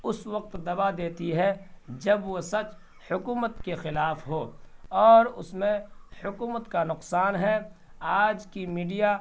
اس وقت دبا دیتی ہے جب وہ سچ حکومت کے خلاف ہو اور اس میں حکومت کا نقصان ہے آج کی میڈیا